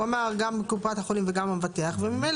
הוא דיבר גם על קופת החולים וגם המבטח וממילא